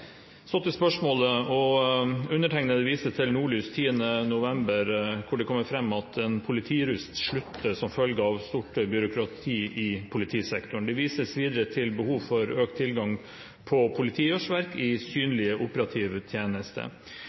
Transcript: Så til spørsmålet: «Undertegnede viser til Nordlys 10. november hvor det kommer frem at en politijurist slutter som følge av stort byråkrati i politisektoren. Det vises videre til behov for økt tilgang på politiårsverk i